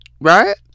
right